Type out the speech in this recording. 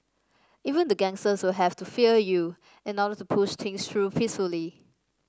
even the gangsters will have to fear you in order to push things through peacefully